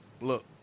look